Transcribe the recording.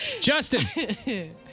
Justin